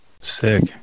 Sick